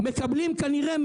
מקבלים כנראה,